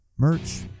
merch